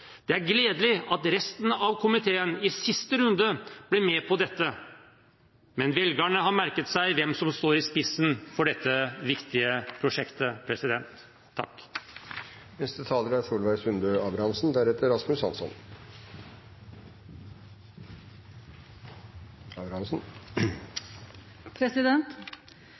Det er gledelig at resten av komiteen i siste runde ble med på dette, men velgerne har merket seg hvem som står i spissen for dette viktige prosjektet. Det er